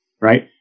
right